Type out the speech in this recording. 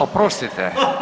Oprostite.